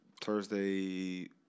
Thursday